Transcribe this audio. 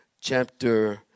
chapter